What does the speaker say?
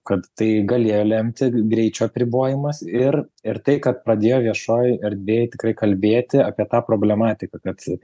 kad tai galėjo lemti greičio apribojimas ir ir tai kad pradėjo viešoj erdvėj tikrai kalbėti apie tą problematiką kad